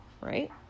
right